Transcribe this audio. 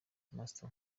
master